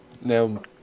Now